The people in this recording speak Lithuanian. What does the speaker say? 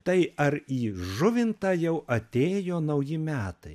tai ar į žuvintą jau atėjo nauji metai